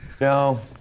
No